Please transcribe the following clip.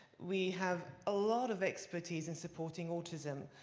we have a lot of expertise in supporting autism.